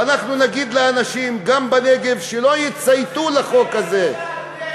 ואנחנו נגיד לאנשים גם בנגב שלא יצייתו לחוק הזה.